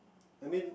I mean